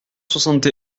soixante